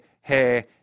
hey